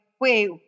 wait